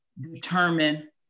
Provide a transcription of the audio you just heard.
determine